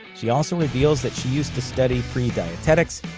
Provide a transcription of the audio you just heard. she also reveals that she used to study pre-dietetics,